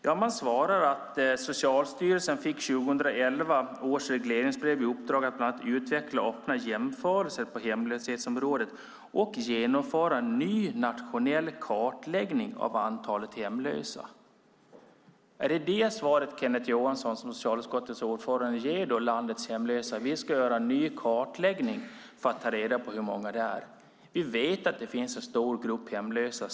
Jo, man säger att Socialstyrelsen i 2011 års regleringsbrev fick i uppdrag att bland annat utveckla öppna jämförelser på hemlöshetsområdet och genomföra en ny nationell kartläggning av antalet hemlösa. Är det det svaret Kenneth Johansson som socialutskottets ordförande ger till landets hemlösa, att det ska göras en ny kartläggning för att ta reda på hur många de är? Vi vet att det finns en stor grupp hemlösa.